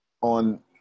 on